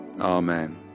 Amen